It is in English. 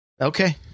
Okay